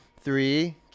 three